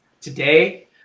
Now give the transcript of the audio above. today